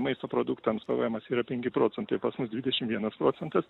maisto produktams pvemas yra penki procentai pas mus dvidešim vienas procentas